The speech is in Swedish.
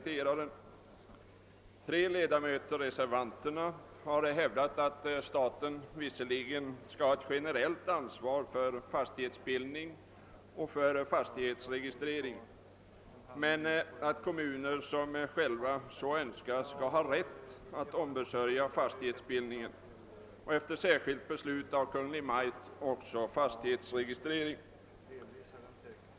Tre ledamöter, reservanterna, har hävdat att staten visserligen skall ha ett generellt ansvar för fastighetsbildning och fastighetsregistrering men att kommuner som själva så önskar skall ha rätt att ombesörja fastighetsbildning och efter särskilt beslut av Kungl. Maj:t även fastighetsregistrering.